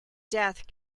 death